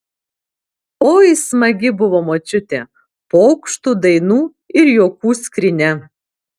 oi smagi buvo močiutė pokštų dainų ir juokų skrynia